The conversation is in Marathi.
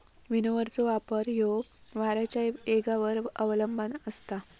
विनोव्हरचो वापर ह्यो वाऱ्याच्या येगावर अवलंबान असता